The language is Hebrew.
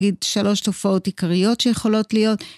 נגיד שלוש תופעות עיקריות שיכולות להיות.